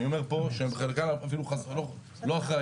אני אומר פה שהן חלקן אפילו לא אחראיות.